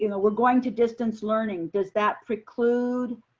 ah we're going to distance learning. does that preclude